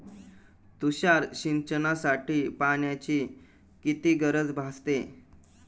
तुषार सिंचनासाठी पाण्याची किती गरज भासते?